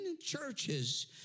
churches